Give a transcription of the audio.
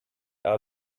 our